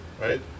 right